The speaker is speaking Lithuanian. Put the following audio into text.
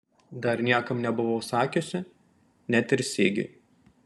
dar niekam nebuvau sakiusi net ir sigiui